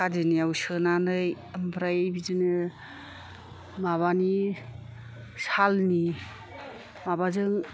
खादिनियाव सोनानै ओमफ्राय बिदिनो माबानि सालनि माबाजों